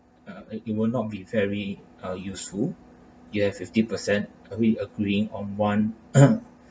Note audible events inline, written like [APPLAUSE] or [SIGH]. uh it it will not be very uh useful you have fifty percent agree agreeing on one [COUGHS]